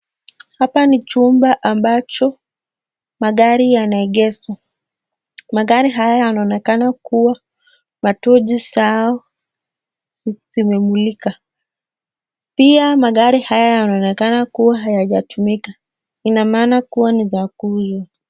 Hapa ni chumba ambacho magari yanaegeshwa. Magari haya yanaonekana kuwa matochi zao zimemlika. Pia magari haya yanaonekana kuwa hayajatumika. Ina maana kuwa ni za kuuzwa.